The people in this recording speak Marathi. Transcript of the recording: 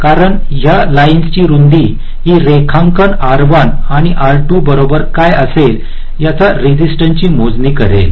कारण या लाईन्सची रुंदी ही रेखांकन R1 आणि R2 बरोबर काय असेल याचा रेसिस्टंस ची मोजणी करेल